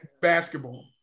basketball